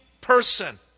person